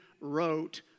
wrote